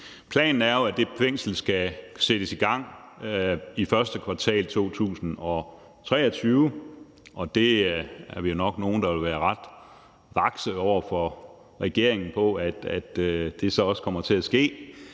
Planen er jo, at det fængsel skal sættes i gang i første kvartal af 2023, og vi er nok nogle, der vil være ret vakse over for regeringen, med hensyn til at det så også kommer til at ske.